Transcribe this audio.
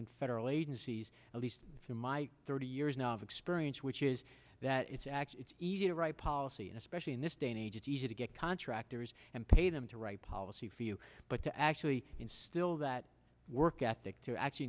in federal agencies at least in my thirty years of experience which is that it's actually easy to write policy especially in this day and age it's easy to get contractors and pay them to write policy for you but to actually instill that work ethic to actually